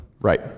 Right